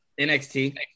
NXT